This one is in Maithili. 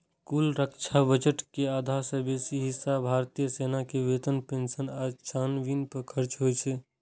कुल रक्षा बजट के आधा सं बेसी हिस्सा भारतीय सेना के वेतन, पेंशन आ छावनी पर खर्च होइ छै